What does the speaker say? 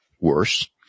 worse